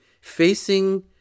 facing